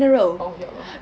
oh ya allah